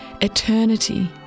eternity